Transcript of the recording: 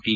T